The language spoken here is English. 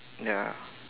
ya